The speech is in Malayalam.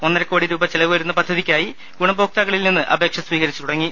ഒന്നരക്കോടി രൂപ ചെ ലവ് വരുന്ന പദ്ധതിക്കായി ഗുണഭോക്താക്കളിൽ നിന്ന് അപേ ക്ഷ സ്വീകരിച്ചു തുടങ്ങി